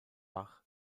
bach